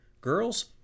Girls